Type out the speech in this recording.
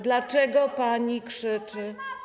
Dlaczego pani krzyczy?